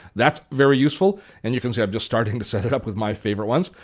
that's very helpful and you can see i'm just starting to set it up with my favorite ones.